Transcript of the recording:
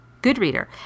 Goodreader